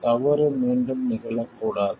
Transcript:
தவறு மீண்டும் நிகழ கூடாது